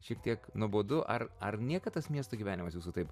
šiek tiek nuobodu ar ar niekad tas miesto gyvenimas jūsų taip